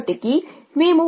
edge మీకు ఉంది